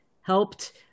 helped